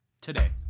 today